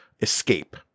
escape